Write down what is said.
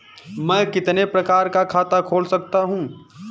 मैं कितने प्रकार का खाता खोल सकता हूँ?